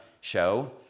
show